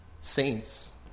saints